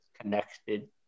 connected